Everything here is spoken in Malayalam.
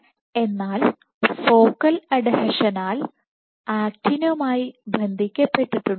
എന്നാൽ ഫോക്കൽ അഡ്ഹെഷനാൽ ആക്റ്റിനുമായി ബന്ധിക്കപ്പെട്ടിട്ടുണ്ടെങ്കിൽ